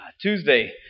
Tuesday